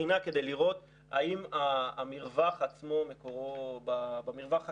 בחינה כדי לראות האם המרווח עצמו מקורו במרווח הקמעונאי.